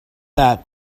that